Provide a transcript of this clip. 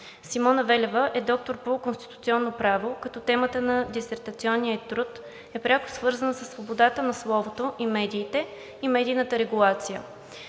Симона Велева е доктор по Конституционно право, като темата на дисертационния ѝ труд е пряко свързана със свободата на словото и медиите и медийната регулация.